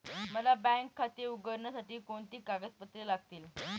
मला बँक खाते उघडण्यासाठी कोणती कागदपत्रे लागतील?